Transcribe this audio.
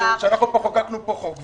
חוקקנו חוק,